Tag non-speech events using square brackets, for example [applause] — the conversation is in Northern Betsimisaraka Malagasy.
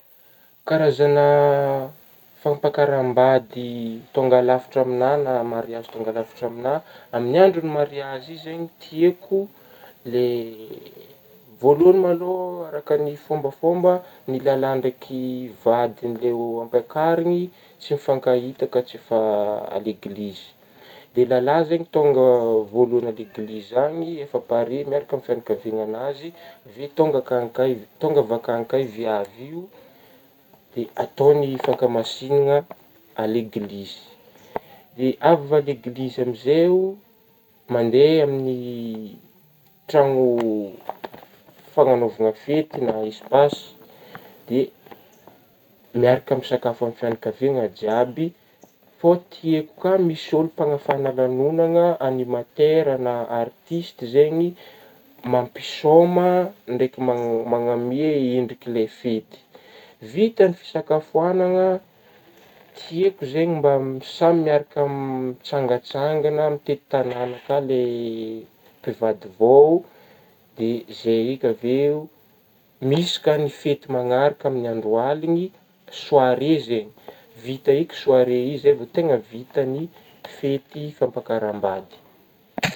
Karazagna fampakaram-bady tônga lafatry amin'gna na mariazy tônga lafatry amin'gna, amin'gny andro'gny mariazy io zagny tiako [hesitation] voalohagny ma lo araka gny fômbafômba ny lalahy ndraiky vadigny le ho ampakarigny tsy mifankahita ka tsy efa aleglizy de lalahy zegny tônga voalohagny aleglizy any efa pare miaraka amin'gna fianakaviagnazy avy eo tônga ankany ka tônga avy ankany ka viavy io de [hesitation] atao ny fankamasignagna aleglizyde avy aleglizy amin'zeo mande amin'gna trano fagnaovana fety na espasy de [hesitation] miaraka misakafo amin'gny fianakaviagna jiaby, fô tiako ka misy olo mpanafagna lanonagna animatera na artisty zegny mampisôma ndraiky magnome endriky fety, vita ny fisakafoanagna tiako zegny samy miaraka [hesitation] mitsangatsangana mitety tanagna ka le mpivady vao de zay ka avy eo misy ka fety magnaraka amin'gny andro aligny soire zegny vita eky soire igny zay vo tegna vita ny fety fampakaram-bady.